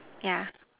yeah